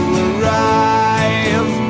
arrive